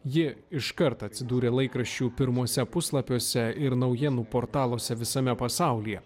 ji iškart atsidūrė laikraščių pirmuose puslapiuose ir naujienų portaluose visame pasaulyje